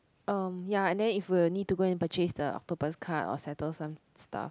um ya and then if we need to go and purchase the purpose card or settle some stuff